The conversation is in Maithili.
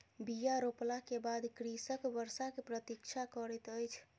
बीया रोपला के बाद कृषक वर्षा के प्रतीक्षा करैत अछि